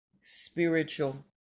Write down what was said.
spiritual